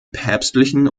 päpstlichen